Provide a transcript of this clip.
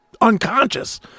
unconscious